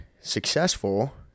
successful